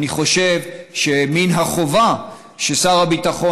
אני חושב שמן החובה ששר הביטחון,